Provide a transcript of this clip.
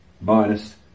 minus